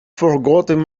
forgotten